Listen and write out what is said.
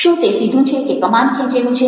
શું તે સીધું છે કે કમાન ખેંચેલું છે